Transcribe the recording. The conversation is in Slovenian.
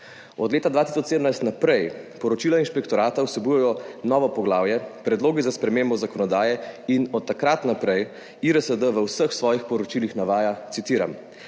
Od leta 2017 naprej poročila inšpektorata vsebujejo novo poglavje Predlogi za spremembo zakonodaje in od takrat naprej IRSD v vseh svojih poročilih navaja, citiram: